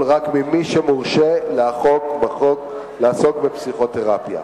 רק ממי שמורשה בחוק לעסוק בפסיכותרפיה.